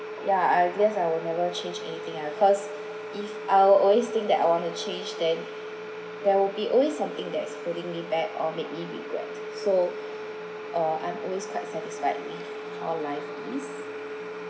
yeah I guess I will never change anything cause if I'll always think that I want to change thing there will be always have things that's pulling me back or make me regret so uh I'm always quite satisfied with how life is